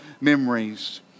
memories